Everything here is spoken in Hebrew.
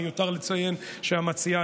מיותר לציין שהמציעה,